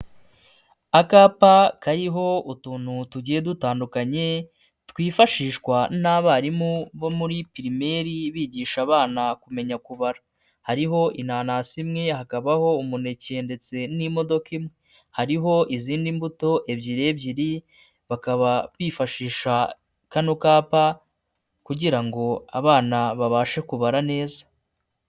Akapa kariho utuntu tugiye dutandukanye twifashishwa n'abarimu bo muri pirimeri bigisha abana kumenya kubara, hariho inanasi imwe hakabaho umuneke ndetse n'imodoka imwe, hariho izindi mbuto ebyiri ebyiri bakaba bifashisha kano kapa kugira ngo abana babashe kubara neza.